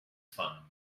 fun